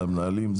זה המנהלים,